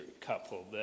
couple